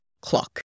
clock